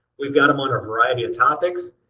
we've got them on a variety of topics.